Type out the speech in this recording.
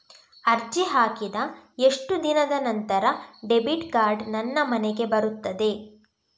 ಅರ್ಜಿ ಹಾಕಿದ ಎಷ್ಟು ದಿನದ ನಂತರ ಡೆಬಿಟ್ ಕಾರ್ಡ್ ನನ್ನ ಮನೆಗೆ ಬರುತ್ತದೆ?